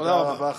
תודה רבה.